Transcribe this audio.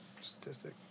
statistic